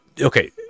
Okay